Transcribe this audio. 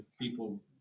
people